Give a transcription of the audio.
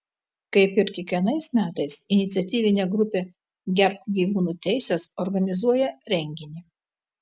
kaip ir kiekvienais metais iniciatyvinė grupė gerbk gyvūnų teises organizuoja renginį